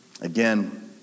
again